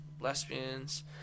lesbians